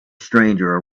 stranger